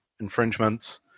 infringements